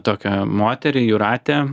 tokią moterį jūratę